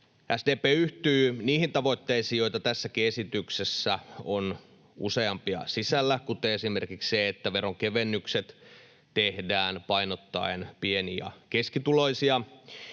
SDP yhtyy niihin tavoitteisiin, joita tässäkin esityksessä on useampia sisällä, kuten esimerkiksi siihen, että veronkevennykset tehdään painottaen pieni- ja keskituloisia